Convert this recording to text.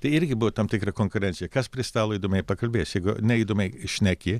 tai irgi buvo tam tikra konkurencija kas prie stalo įdomiai pakalbės jeigu ne įdomiai šneki